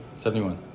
71